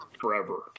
forever